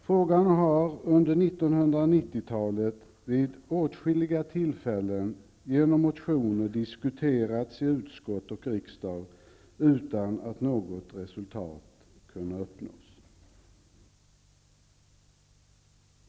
Frågan har under 1990 talet vid åtskilliga tillfällen genom motioner diskuterats i utskott och riksdag utan att något resultat kunnat uppnås.